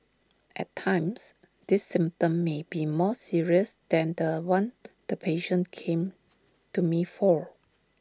at times this symptom may be more serious than The One the patient came to me for